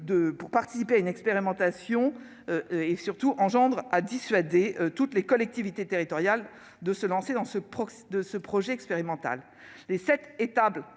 pour participer à une expérimentation sont de nature à dissuader toutes les collectivités territoriales de se lancer dans ce projet expérimental. Les sept étapes